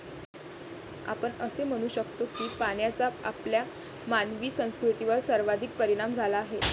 आपण असे म्हणू शकतो की पाण्याचा आपल्या मानवी संस्कृतीवर सर्वाधिक परिणाम झाला आहे